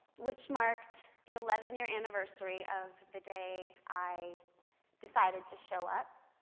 which marked the eleven-year anniversary of the day i decided to show up,